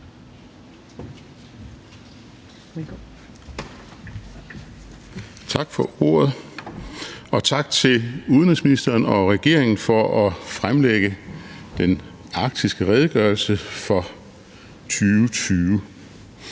Tak for ordet. Tak til udenrigsministeren og regeringen for at fremlægge den arktiske redegørelse for 2020.